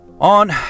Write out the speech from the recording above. on